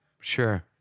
Sure